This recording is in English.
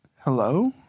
Hello